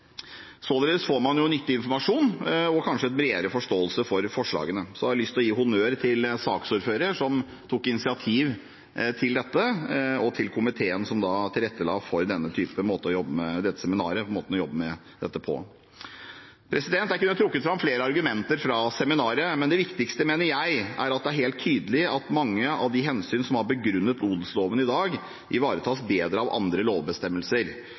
Således får man nyttig informasjon og kanskje en bredere forståelse for forslagene. Jeg har lyst til å gi honnør til saksordføreren som tok initiativ til dette, og til komiteen som tilrettela for dette seminaret og denne måten å jobbe med dette på. Jeg kunne trukket fram flere argumenter fra seminaret, men det viktigste mener jeg er at det er helt tydelig at mange av de hensyn som har begrunnet odelsloven i dag, ivaretas bedre av andre lovbestemmelser,